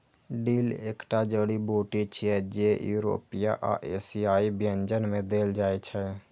dill एकटा जड़ी बूटी छियै, जे यूरोपीय आ एशियाई व्यंजन मे देल जाइ छै